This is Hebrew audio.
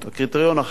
הקריטריון הכי